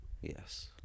Yes